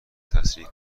تسریع